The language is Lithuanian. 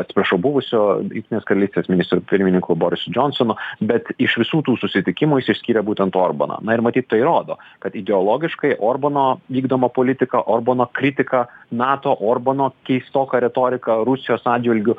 atsiprašau buvusiu jungtinės karalystės ministru pirmininku borisu džonsonu bet iš visų tų susitikimų jis išskyrė būtent orbaną na ir matyt tai rodo kad ideologiškai orbano vykdoma politika orbano kritika nato orbano keistoka retorika rusijos atžvilgiu